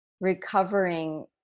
recovering